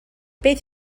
beth